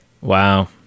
Wow